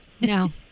No